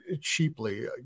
cheaply